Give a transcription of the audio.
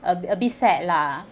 a bit a bit sad lah